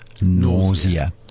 nausea